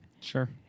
Sure